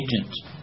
agents